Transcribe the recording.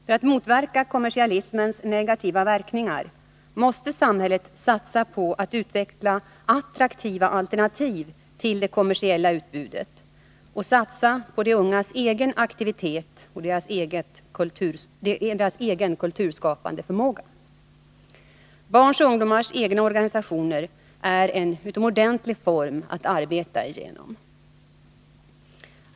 För att motverka kommersialismens negativa verkningar måste samhället satsa på att utveckla attraktiva alternativ till det kommersiella utbudet och satsa på de ungas egen aktivitet och deras egen kulturskapande förmåga. Barns och ungdomars egna organisationer är en utomordentlig form att arbeta genom.